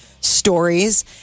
stories